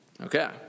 Okay